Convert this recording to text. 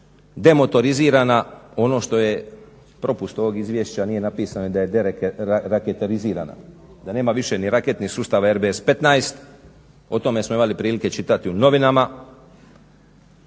demotorizirana. Ono što je propust ovoga izvješća, nije napisano da je deraketarizirana, da nema više ni raketni sustav RBS 15, o tome smo imali prilike čitati u novinama.